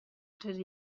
tres